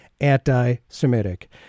anti-Semitic